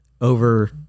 over